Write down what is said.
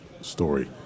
story